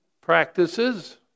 practices